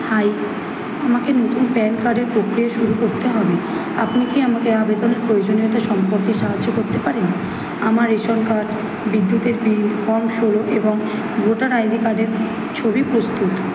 high আমাকে নতুন PAN কার্ডের প্রক্রিয়া শুরু করতে হবে আপনি কি আমাকে আবেদনের প্রয়োজনীয়তা সম্পর্কে সাহায্য করতে পারেন আমার রেশন কার্ড বিদ্যুতের বিল ফর্ম ষোলো এবং ভোটার আইডি কার্ডের ছবি প্রস্তুত